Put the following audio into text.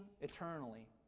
eternally